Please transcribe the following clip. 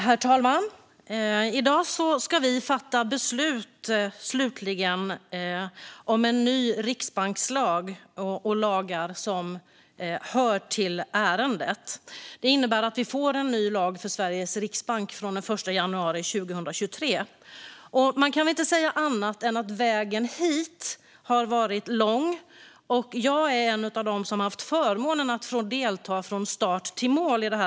En ny riksbankslag Herr talman! I dag ska vi slutligen fatta beslut om en ny riksbankslag och lagar som hör till ärendet. Det innebär att vi får en ny lag för Sveriges riksbank från den 1 januari 2023. Man kan inte säga annat än att vägen hit har varit lång. Jag är en av dem som har haft förmånen att ha fått delta från start till mål i arbetet.